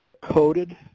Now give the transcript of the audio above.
coated